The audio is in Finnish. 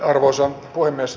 arvoisa puhemies